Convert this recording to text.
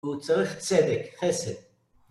והוא צריך צדק, חסד.